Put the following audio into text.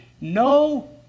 no